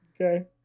Okay